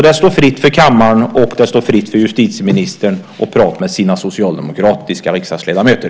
Det står fritt för justitieministern att prata med sina socialdemokratiska riksdagsledamöter.